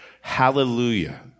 Hallelujah